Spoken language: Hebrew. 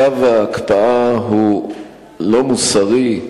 צו ההקפאה הוא לא מוסרי,